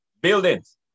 Buildings